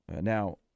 Now